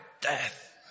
death